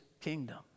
kingdom